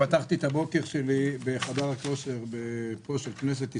פתחתי את הבוקר שלי בחדר הכושר של כנסת ישראל.